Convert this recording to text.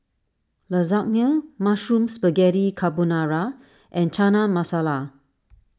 Lasagne Mushroom Spaghetti Carbonara and Chana Masala